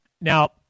Now